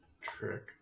trick